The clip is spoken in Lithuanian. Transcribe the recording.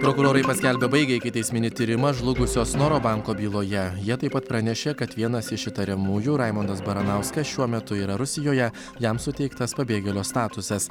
prokurorai paskelbė baigę ikiteisminį tyrimą žlugusio snoro banko byloje jie taip pat pranešė kad vienas iš įtariamųjų raimondas baranauskas šiuo metu yra rusijoje jam suteiktas pabėgėlio statusas